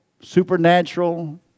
supernatural